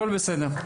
הכול בסדר.